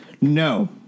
No